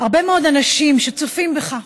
הרבה מאוד אנשים שצופים בך,